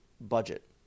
budget